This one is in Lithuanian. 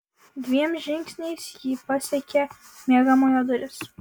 dviem žingsniais ji pasiekė miegamojo duris